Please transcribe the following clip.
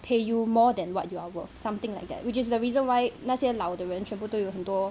pay you more than what you are worth something like that which is the reason why 那些老的人全部都有很多